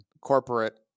corporate